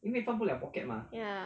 ya